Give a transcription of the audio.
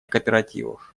кооперативов